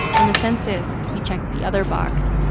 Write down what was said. on the census, he checked the other box.